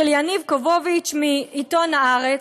של יניב קובוביץ מעיתון "הארץ",